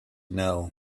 know